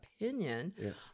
opinion